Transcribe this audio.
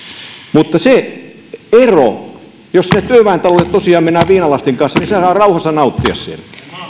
mutta se ero on että jos sinne työväentalolle tosiaan mennään viinalastin kanssa niin se saadaan rauhassa nauttia siellä